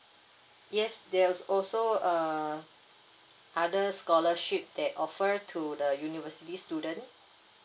yes there's also err other scholarship that offer to the university student